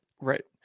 Right